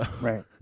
Right